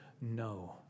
No